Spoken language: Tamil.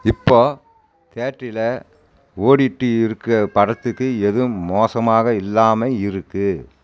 இப்போ தியேட்டரில் ஓடிகிட்டு இருக்கிற படத்துக்கு எது மோசமாக இல்லாமல் இருக்கு